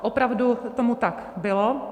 Opravdu tomu tak bylo.